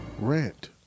rent